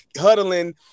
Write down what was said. huddling